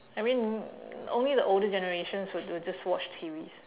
I mean only the older generations would would just watch T_Vs